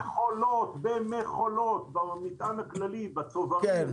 במכולות, במטען הכללי, בצוברים,